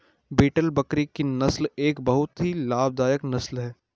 beetle बकरी की नस्ल एक बहुत ही लाभदायक नस्ल है